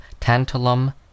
tantalum